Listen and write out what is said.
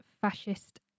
fascist